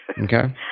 Okay